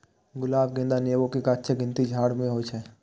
गुलाब, गेंदा, नेबो के गाछक गिनती झाड़ मे होइ छै